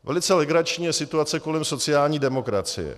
Velice legrační je situace kolem sociální demokracie.